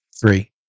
three